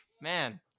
man